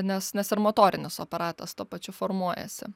nes nes ir motorinis aparatas tuo pačiu formuojasi